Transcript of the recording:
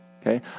Okay